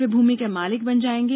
वे भूमि के मालिक बन जाएंगे